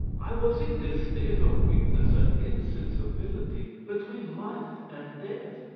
i was in this state of weakness and insensibility, between life and death,